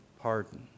pardon